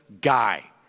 guy